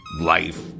life